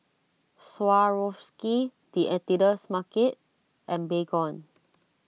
Swarovski the Editor's Market and Baygon